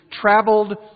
traveled